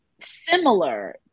similar